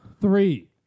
three